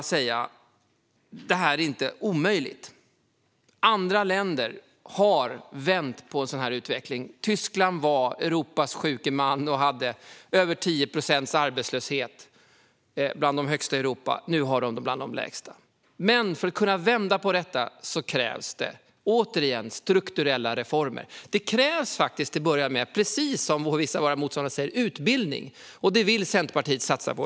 Nu är det här inte omöjligt, skulle jag säga. Andra länder har vänt på en sådan här utveckling. Tyskland var Europas sjuke man och hade över 10 procents arbetslöshet, vilket var bland de högsta siffrorna i Europa. Nu är arbetslösheten där en av de lägsta. Men för att kunna vända på detta krävs, återigen, strukturella reformer. Det krävs faktiskt, precis som vissa av våra motståndare säger, utbildning. Det vill Centerpartiet satsa på.